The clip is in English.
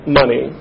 money